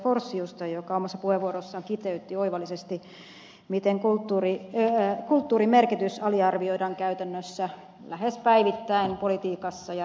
forsiusta joka omassa puheenvuorossaan kiteytti oivallisesti miten kulttuurin merkitys aliarvioidaan käytännössä lähes päivittäin politiikassa ja rahoituspäätöksissä